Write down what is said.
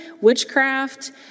witchcraft